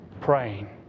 praying